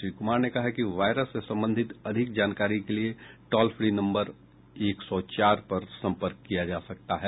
श्री कुमार ने कहा कि वायरस से संबंधित अधिक जानकारी के लिए टॉल फ्री नम्बर एक सौ चार पर सम्पर्क किया जा सकता है